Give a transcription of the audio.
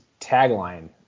tagline